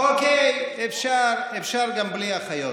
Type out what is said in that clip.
אוקיי, אפשר, אפשר גם בלי אחיות.